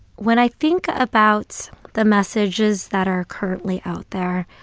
when i think about the messages that are currently out there,